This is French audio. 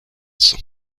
sang